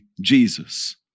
Jesus